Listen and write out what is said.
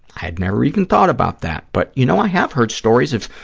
i had never even thought about that, but, you know, i have heard stories of,